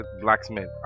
Blacksmith